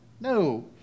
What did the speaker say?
no